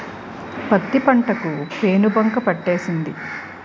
పత్తి పంట కి పేనుబంక పట్టేసింది